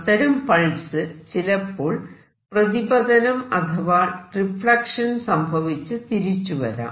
അത്തരം പൾസ് ചിലപ്പോൾ പ്രതിപതനം അഥവാ റിഫ്ലെക്ഷൻ സംഭവിച്ച് തിരിച്ചു വരാം